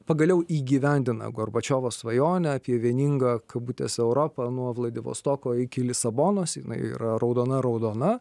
pagaliau įgyvendina gorbačiovo svajonę apie vieningą kabutės europą nuo vladivostoko iki lisabonos jinai yra raudona raudona